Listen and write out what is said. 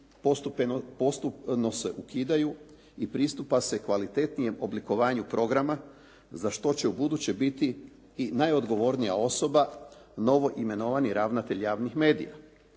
postupno se ukidaju i pristupa se kvalitetnijem oblikovanju programa za što će u buduće biti i najodgovornija osoba novo imenovani ravnatelj javnih medija.